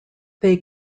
they